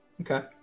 Okay